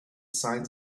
signs